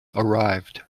arrived